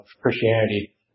Christianity –